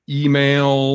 email